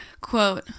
Quote